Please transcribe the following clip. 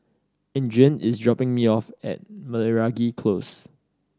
Adriene is dropping me off at Meragi Close